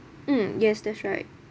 mm yes that's right